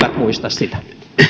muista sitä